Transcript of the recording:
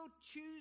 choose